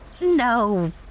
No